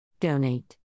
Donate